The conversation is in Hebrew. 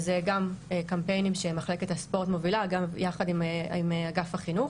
זה גם קמפיינים שמחלקת הספורט מובילה גם יחד עם אגף החינוך.